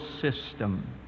system